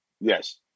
Yes